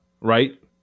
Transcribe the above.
right